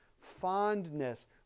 fondness